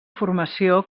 formació